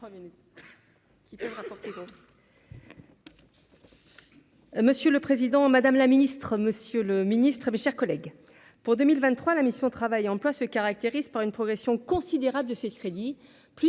Monsieur le Président, Madame la Ministre, Monsieur le Ministre, mes chers collègues, pour 2023 la mission Travail emploi se caractérise par une progression considérable de ses crédits plus